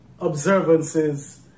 observances